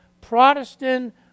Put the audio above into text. Protestant